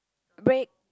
break